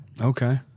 Okay